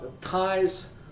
ties